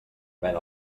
ven